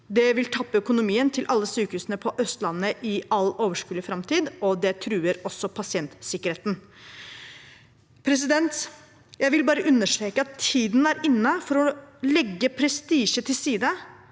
Det vil tappe økonomien til alle sykehusene på Østlandet i all overskuelig framtid, og det truer også pasientsikkerheten. Jeg vil bare understreke at tiden er inne for å legge prestisje til side